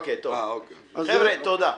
חבר'ה, תודה.